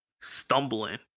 stumbling